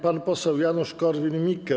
Pan poseł Janusz Korwin-Mikke.